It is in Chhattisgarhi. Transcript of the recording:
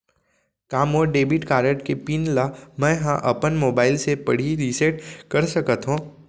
का मोर डेबिट कारड के पिन ल मैं ह अपन मोबाइल से पड़ही रिसेट कर सकत हो?